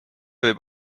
võib